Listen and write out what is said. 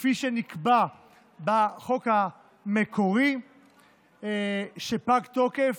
כפי שנקבע בחוק המקורי שפג תוקפו.